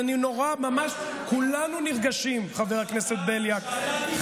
ממש כולנו נרגשים, חבר הכנסת בליאק.